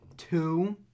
Two